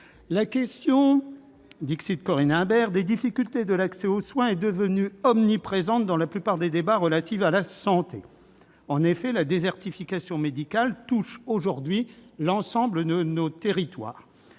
La question des difficultés de l'accès aux soins est devenue omniprésente dans la plupart des débats relatifs à la santé. En effet, la désertification médicale touche aujourd'hui l'ensemble de nos territoires.